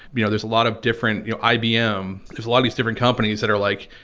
you know, there's a lot of different you know ibm, there's a lot of different companies that are like,